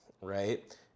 right